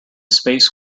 space